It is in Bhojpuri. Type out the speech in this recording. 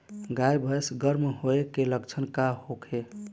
गाय भैंस गर्म होय के लक्षण का होखे?